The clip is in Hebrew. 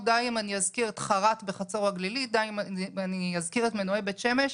די אם אני אזכיר את חרט בחצור הגלילית ואת מנועי בית שמש.